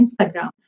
Instagram